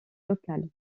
locales